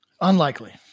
Unlikely